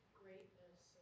greatness